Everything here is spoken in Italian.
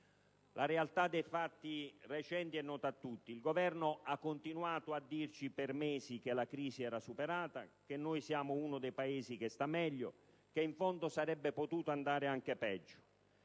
La realtà dei fatti recenti è nota a tutti: il Governo ha continuato a dirci per mesi che la crisi era superata, che siamo uno dei Paesi che sta meglio, che in fondo sarebbe potuto andare anche peggio.